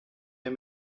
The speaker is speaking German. wir